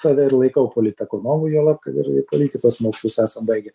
save ir laikau politekonomu juolab kad ir politikos mokslus esam baigę